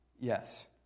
Yes